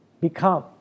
become